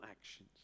actions